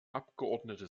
abgeordnete